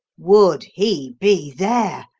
would he be there?